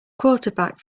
quarterback